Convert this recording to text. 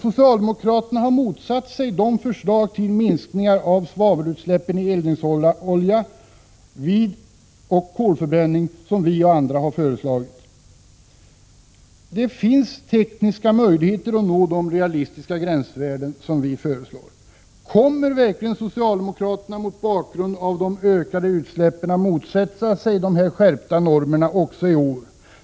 Socialdemokraterna har motsatt sig de förslag till minskningar av svavelutsläppen när det gäller eldningsolja och kolförbränning som vi föreslagit. Det finns tekniska möjligheter att nå de realistiska gränsvärden som vi föreslår. Kommer verkligen socialdemokraterna, mot bakgrund av de ökade utsläppen, att motsätta sig de skärpta normerna också i år?